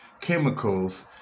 chemicals